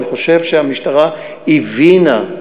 אני חושב שהמשטרה הבינה,